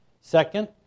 Second